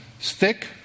stick